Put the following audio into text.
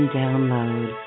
download